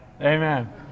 Amen